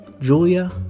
Julia